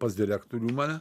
pas direktorių mane